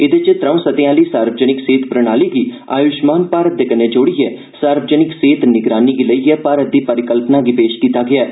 एह्दे च त्रौं सतहें आहली सार्वजनिक सेह्त प्रणाली गी आय्ष्मान भारत दे कन्नै जोडियै सार्वजनिक सेहत निगरानी गी लेइयै भारत दी परिकल्पना गी पेश कीता गेआ ऐ